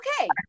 okay